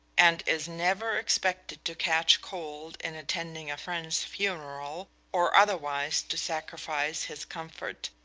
and is never expected to catch cold in attending a friend's funeral, or otherwise to sacrifice his comfort,